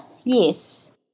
yes